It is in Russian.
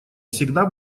всегда